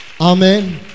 Amen